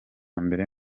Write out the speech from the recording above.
mbere